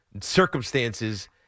circumstances